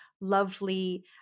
lovely